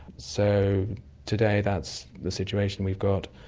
so today that's the situation we've got,